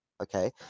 okay